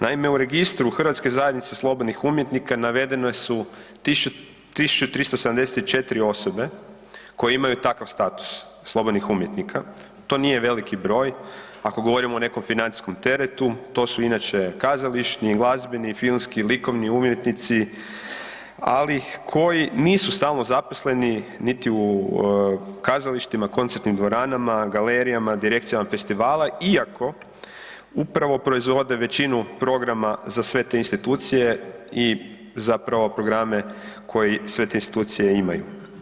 Naime, u Registru hrvatske zajednice slobodnih umjetnika navedene su 1.374 osobe koje imaju takav status, slobodnih umjetnika, to nije veliki broj ako govorimo o nekom financijskom teretu, to su inače kazališni, glazbeni, filmski, likovni umjetnici, ali koji nisu stalno zaposleni niti u kazalištima, koncertnim dvoranama, galerijama, direkcijama festivala iako upravo proizvode većinu programa za sve te institucije i zapravo programe koje sve te institucije imaju.